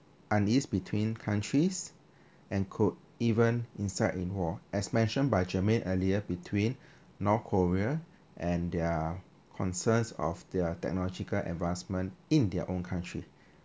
unease between countries and could even incite in war as mentioned by germaine earlier between north korea and their concerns of their technological advancement in their own country